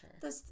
sure